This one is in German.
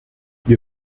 wir